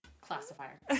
Classifier